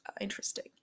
interesting